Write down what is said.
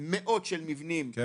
מאות של מבנים- - כן,